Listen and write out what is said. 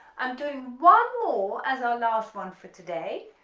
i'm doing one more as our last one for today,